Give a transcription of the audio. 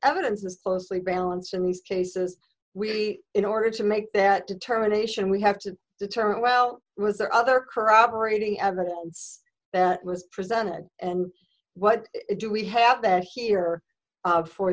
evidence is closely balance in these cases we in order to make that determination we have to determine well was there other corroborating evidence that was presented and what do we have that here